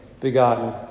begotten